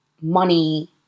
money